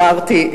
אמרתי,